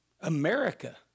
America